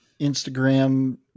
Instagram